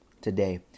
today